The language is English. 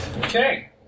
Okay